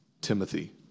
Timothy